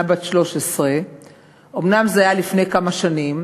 בת 13. אומנם זה היה לפני כמה שנים,